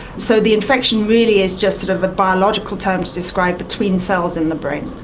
so the infection really is just sort of a biological term to describe between cells in the brain.